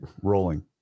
Rolling